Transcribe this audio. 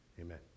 Amen